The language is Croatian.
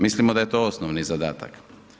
Mislimo da je to osnovni zadatak.